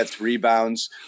rebounds